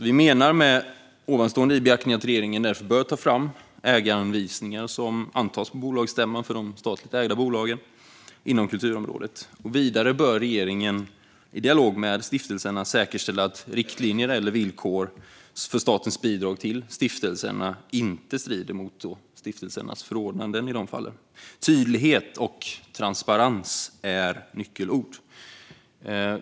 Med detta i beaktande menar vi att regeringen därför bör ta fram ägaranvisningar som antas på bolagsstämman för de statligt ägda bolagen inom kulturområdet. Vidare bör regeringen i dialog med stiftelserna säkerställa att riktlinjer eller villkor för statens bidrag till stiftelserna inte strider mot stiftelsernas förordnanden i dessa fall. Tydlighet och transparens är nyckelord.